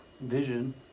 vision